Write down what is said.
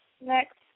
Next